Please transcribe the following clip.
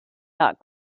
not